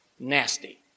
Nasty